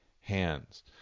hands